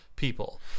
people